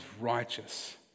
Righteous